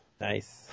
Nice